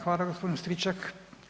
Hvala gospodin Stričak.